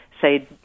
say